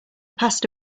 passed